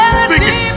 speaking